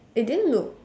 it didn't look